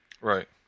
Right